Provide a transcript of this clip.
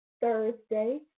Thursday